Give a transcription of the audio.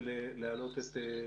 ולהעלות את פרופ'